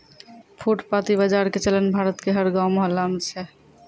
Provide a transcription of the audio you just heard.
फुटपाती बाजार के चलन भारत के हर गांव मुहल्ला मॅ छै